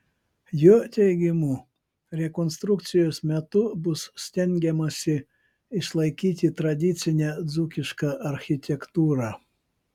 jo teigimu rekonstrukcijos metu bus stengiamasi išlaikyti tradicinę dzūkišką architektūrą